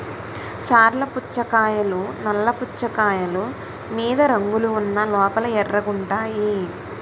చర్ల పుచ్చకాయలు నల్ల పుచ్చకాయలు మీద రంగులు ఉన్న లోపల ఎర్రగుంటాయి